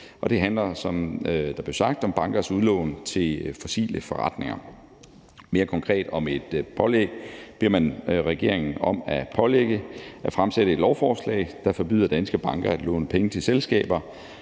blev sagt, om bankers udlån til fossiler forretninger. Mere konkret vil man pålægge regeringen at fremsætte et lovforslag, der forbyder danske banker at låne penge til selskaber,